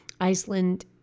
Iceland